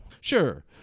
Sure